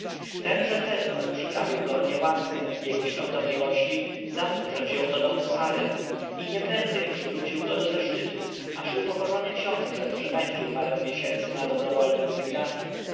korpusu tenże herhor przyprawił go o niełaskę jego świątobliwości za to że wziął do domu sarę i nie prędzej przywrócił go do zaszczytów aż upokorzony książę przepędził parę miesięcy na dobrowolnem wygnaniu